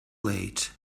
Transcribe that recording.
late